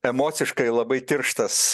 emociškai labai tirštas